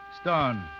Stone